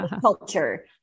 culture